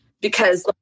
because-